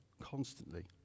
constantly